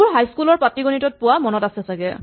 এইবোৰ হাইস্কুল ৰ পাটীগণিতত পোৱা মনত আছে চাগে